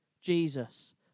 Jesus